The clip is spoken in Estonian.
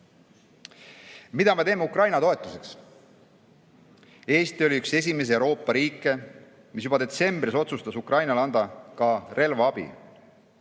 Mida me teeme Ukraina toetuseks? Eesti oli üks esimesi Euroopa riike, mis juba detsembris otsustas Ukrainale anda ka relvaabi.